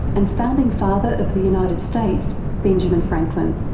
and founding father of the united states benjamin franklin.